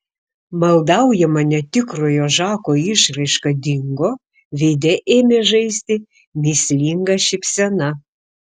maldaujama netikrojo žako išraiška dingo veide ėmė žaisti mįslinga šypsena